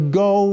go